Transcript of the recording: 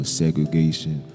segregation